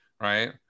right